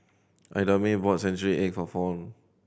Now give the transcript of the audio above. Idamae bought century egg for Fount